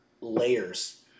layers